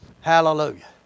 Hallelujah